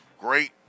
great